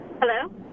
Hello